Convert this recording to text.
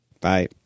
Bye